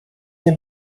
nie